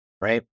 right